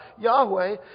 Yahweh